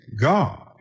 God